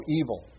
evil